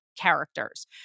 characters